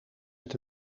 met